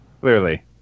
clearly